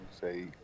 Say